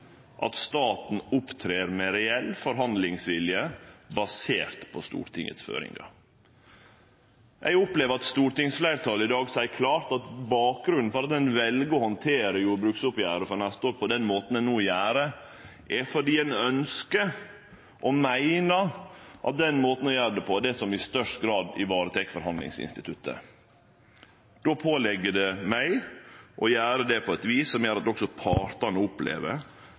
at staten opptrer med reell forhandlingsvilje, basert på Stortingets føringar. Eg opplever at stortingsfleirtalet i dag seier klart at bakgrunnen for at ein vel å handtere jordbruksoppgjeret for neste år på den måten ein no gjer, er at ein ønskjer og meiner at den måten å gjere det på er det som i størst grad varetek forhandlingsinstituttet. Då ligg det på meg å gjere det på eit slikt vis at òg partane opplever